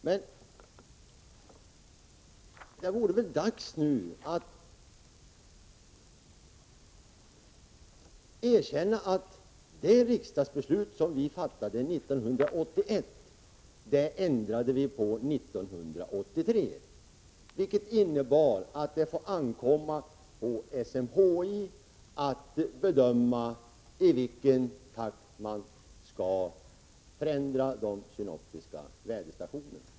Men det vore väl dags nu att erkänna att det riksdagsbeslut som vi fattade 1981 ändrade vi 1983, vilket innebar att det får ankomma på SMHI att bedöma i vilken takt man skall förändra de synoptiska väderstationerna.